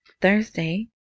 Thursday